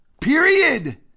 Period